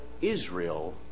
Israel